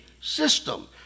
system